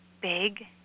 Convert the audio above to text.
big